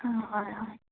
অঁ হয় অঁ